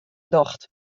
docht